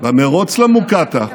במרוץ למוקטעה,